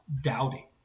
doubting